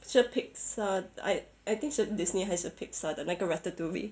是 Pixar I I think 是 Disney 还是 Pixar 的那个 ratatouille